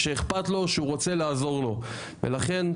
הרבה נושאים יש לשפר ולתקן,